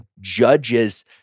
judges